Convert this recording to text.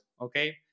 okay